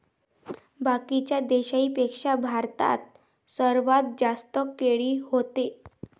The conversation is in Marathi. बाकीच्या देशाइंपेक्षा भारतात सर्वात जास्त केळी व्हते